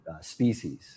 species